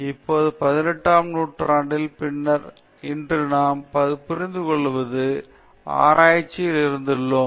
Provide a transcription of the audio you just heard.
இப்போது பதினெட்டாம் நூற்றாண்டின் பின்னர் இன்று நாம் புரிந்துகொள்ளும் ஆராய்ச்சியில் இருந்துள்ளோம்